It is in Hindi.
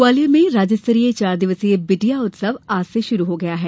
ग्वालियर में राज्य स्तरीय चार दिवसीय बिटिया उत्सव आज से शुरू हो गया है